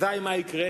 אזי מה יקרה?